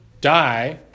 die